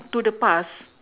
to the past